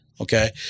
Okay